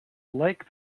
like